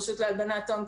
רשות להגנת הון.